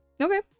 Okay